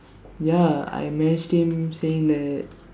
ya I messaged him saying that